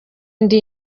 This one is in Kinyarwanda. ndi